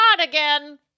again